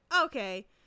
okay